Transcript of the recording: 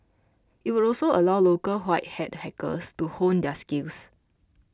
it would also allow local white hat hackers to hone their skills